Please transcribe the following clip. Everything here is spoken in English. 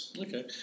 Okay